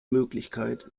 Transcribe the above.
möglichkeit